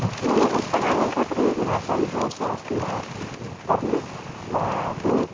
बहूनि पुस्तकानि तत्र यदि भाषाविषयस्य अस्ति तर्हि न ते